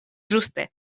ĝuste